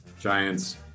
giants